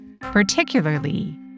particularly